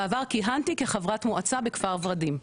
בעבר כיהנתי כחברת מועצה בכפר ורדים.